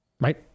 right